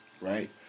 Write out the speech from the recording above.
right